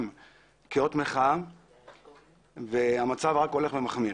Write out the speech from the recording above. כאות מחאה והמצב רק הולך ומחמיר.